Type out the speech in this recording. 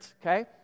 okay